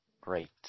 Great